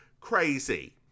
crazy